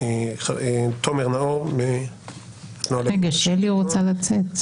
אני רוצה לצטט.